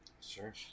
Sure